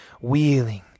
wheeling